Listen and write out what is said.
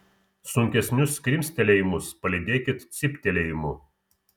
sunkesnius krimstelėjimus palydėkit cyptelėjimu